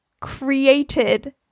created